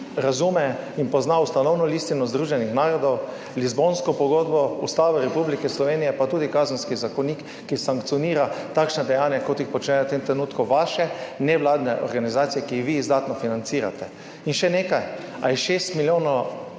razume in pozna Ustanovno listino Združenih narodov, Lizbonsko pogodbo, Ustavo Republike Slovenije pa tudi Kazenski zakonik, ki sankcionira takšna dejanja, ki jih počnejo v tem trenutku vaše nevladne organizacije, ki jih vi izdatno financirate. In še nekaj. Ali je poboj 6 milijonov